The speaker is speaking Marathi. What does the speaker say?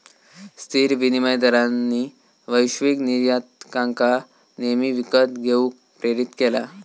स्थिर विनिमय दरांनी वैश्विक निर्यातकांका नेहमी विकत घेऊक प्रेरीत केला